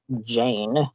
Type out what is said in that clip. Jane